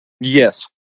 Yes